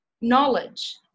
knowledge